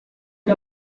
que